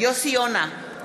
יוסי יונה,